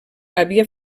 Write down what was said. havia